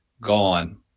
gone